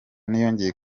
ntiyongeye